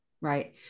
right